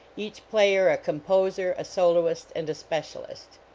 each player a composer, a soloist and a specialist.